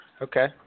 Okay